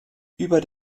über